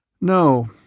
No